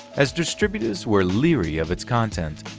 as distributors were leery of its content.